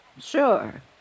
Sure